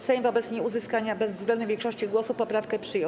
Sejm wobec nieuzyskania bezwzględnej większości głosów poprawkę przyjął.